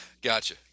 Gotcha